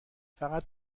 فقط